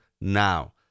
now